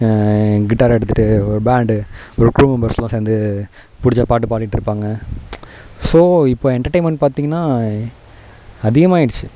கிட்டாரை எடுத்துகிட்டு ஒரு பேன்ட் ஒரு குழு மெம்பர்ஸ் எல்லாம் சேர்ந்து பிடிச்ச பாட்டு பாடிகிட்டு இருப்பாங்கள் ஸோ இப்போ எண்டர்டைமென்ட் பார்த்தீங்கனா அதிகமாக ஆயிடுச்சு